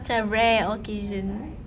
macam rare occasion